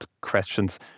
questions